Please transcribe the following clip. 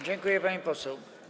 Dziękuję, pani poseł.